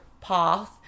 path